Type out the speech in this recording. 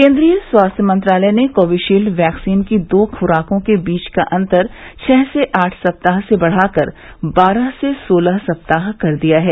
केन्द्रीय स्वास्थ्य मंत्रालय ने कोविशील्ड वैक्सीन की दो खुराकों के बीच अंतर छह से आठ सप्ताह से बढाकर बारह से सोलह सप्ताह कर दिया है